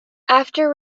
after